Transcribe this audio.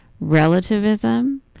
relativism